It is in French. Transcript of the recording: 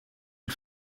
ils